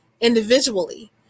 individually